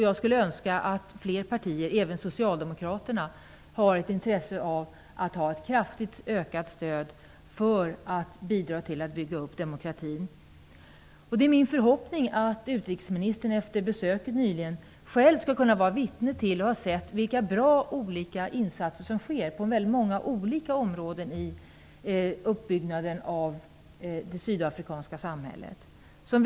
Jag skulle önska att fler partier, även Socialdemokraterna, hade ett intresse av ett kraftigt ökat stöd för att bidra till att bygga upp demokratin. Min förhoppning är att utrikesministern själv under besöket nyligen skall ha blivit vittne till vilka bra insatser som har gjorts på många olika områden i uppbyggnaden av det sydafrikanska samhället.